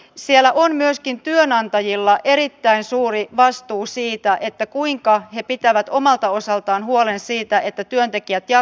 siellä on myöskin työnantajilla erittäin suuri vastuu siitä että kuinka he pitävät omalta osaltaan huolen siitä että työntekijät ja